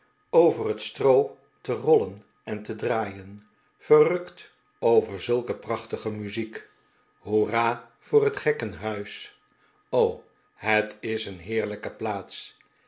over het stroo te roll en en te draaien verrukt over zulke prachtige muziek hoera voor het gekkenhuis o het is een heerlijke plaats